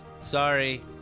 sorry